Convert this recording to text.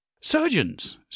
Surgeons